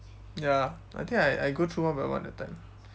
ya I think I I go through one by one that time